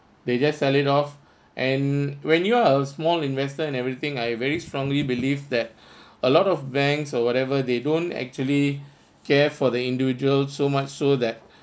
they just sell it off and when you are a small investor and everything I very strongly believe that a lot of banks or whatever they don't actually care for the individual so much so that